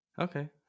Okay